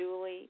Julie